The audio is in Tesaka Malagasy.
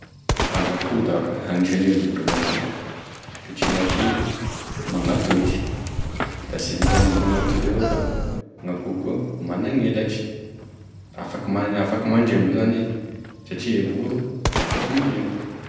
Ah gn'akoho da agnisan'e voro gn'akoho, satria gn'akoho magnatody, da sy vitan'izy magnatody avao fa gn'akoho koa managn'elatry afaky man- afaky mandrembo zany izy satria e voro de afaky mandrembo.